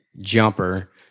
jumper